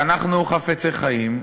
ואנחנו חפצי חיים,